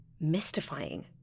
mystifying